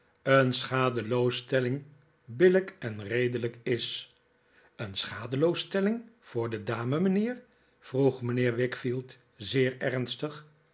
een schadeloosstelling billijk en redelijk is een schadeloosstelling voor de dame mijnheer vroeg mijnheer wickfield zeer ernstig